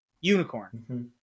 Unicorn